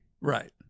Right